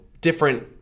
different